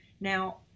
now